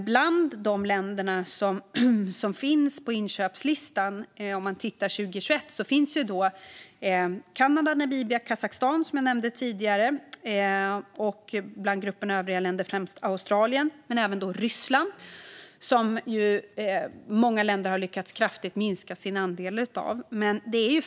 Bland de länder som fanns på inköpslistan 2021 återfinns Kanada, Namibia och Kazakstan, som jag nämnde tidigare, och i gruppen övriga länder återfinns främst Australien men även Ryssland, som många stater kraftigt har lyckats minska sin andel ifrån.